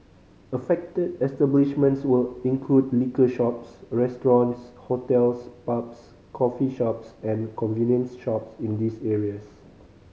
affected establishments will include liquor shops restaurants hotels pubs coffee shops and convenience shops in these areas